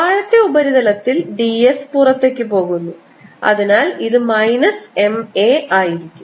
താഴത്തെ ഉപരിതലത്തിൽ d s പുറത്തേക്ക് പോകുന്നു അതിനാൽ ഇത് മൈനസ് M a ആയിരിക്കും